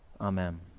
Amen